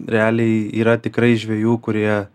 realiai yra tikrai žvejų kurie